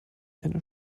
eine